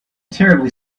terribly